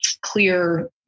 clear